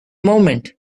moment